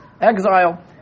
exile